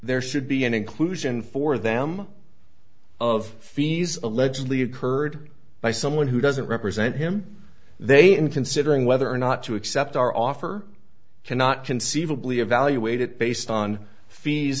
there should be an inclusion for them of fees allegedly occurred by someone who doesn't represent him they in considering whether or not to accept our offer cannot conceivably evaluate it based on fees